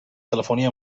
telefonia